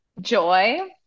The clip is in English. joy